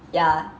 ya